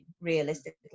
realistically